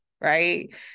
right